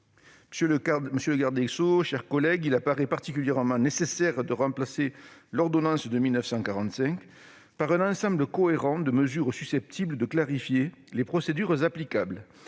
Monsieur le garde des sceaux, mes chers collègues, il apparaît particulièrement nécessaire de remplacer l'ordonnance de 1945 par un ensemble cohérent de mesures susceptibles de clarifier les procédures applicables